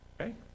Okay